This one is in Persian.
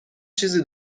چیزی